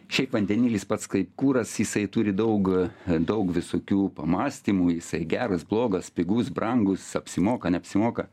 šiaip vandenilis pats kaip kuras jisai turi daug daug visokių pamąstymų jisai geras blogas pigus brangus apsimoka neapsimoka